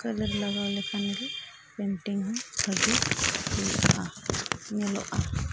colour ᱞᱟᱜᱟᱣ ᱞᱮᱠᱷᱟᱱ ᱜᱮ ᱯᱮᱱᱴᱤᱝ ᱦᱚᱸ ᱵᱷᱹᱜᱤ ᱦᱩᱭᱩᱜᱼᱟ ᱧᱮᱞᱚᱜᱼᱟ